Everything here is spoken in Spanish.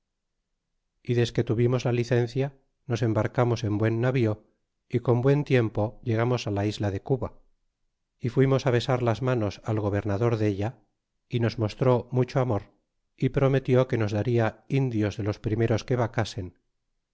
y desque tuvimos la licencia nos embarcamos en buen navío y con buen tiempo llegamos á la isla de cuba y fuimos besar las manos al gobernador della y nos mostró mucho amor y prometió que nos daria indios de los primeros que vacasen